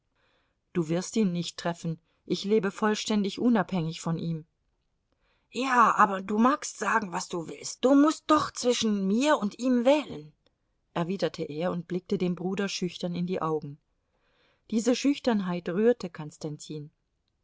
du wirst ihn nicht treffen ich lebe vollständig unabhängig von ihm ja aber du magst sagen was du willst du mußt doch zwischen mir und ihm wählen erwiderte er und blickte dem bruder schüchtern in die augen diese schüchternheit rührte konstantin